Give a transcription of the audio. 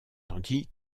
tandis